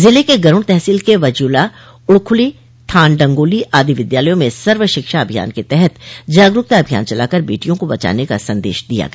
जिले की गरूड़ तहसील के वज्यूला उड़खुली थान डंगोली आदि विद्यालयों में सर्व शिक्षा अभियान के तहत जागरूकता अभियान चलाकर बेटियों को बचाने का संदेश दिया गया